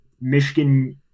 Michigan